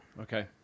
okay